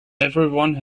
everyone